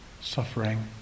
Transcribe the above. Suffering